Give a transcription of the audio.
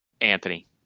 Anthony